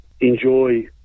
enjoy